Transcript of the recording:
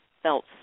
felt